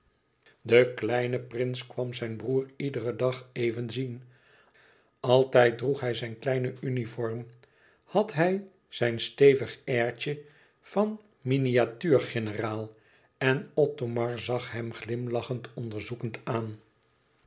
de kleine prins kwam zijn broêr iederen dag even zien altijd droeg hij zijn kleine uniform had hij zijn stevig airtje van een miniatuur generaal en othomar zag hem glimlachend onderzoekend aan